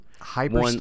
hyper